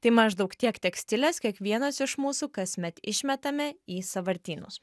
tai maždaug tiek tekstilės kiekvienas iš mūsų kasmet išmetame į sąvartynus